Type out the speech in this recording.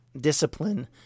discipline